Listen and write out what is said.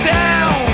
down